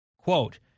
Quote